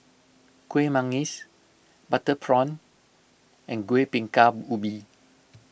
Kueh Manggis Butter Prawn and Kuih Bingka Ubi